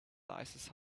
nicest